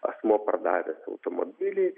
asmuo pardavęs automobilį